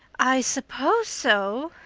i suppose so,